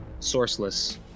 sourceless